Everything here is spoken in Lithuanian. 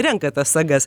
renka tas sagas